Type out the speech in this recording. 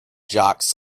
jocks